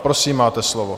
Prosím, máte slovo.